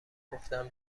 گفتم